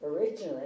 originally